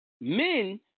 Men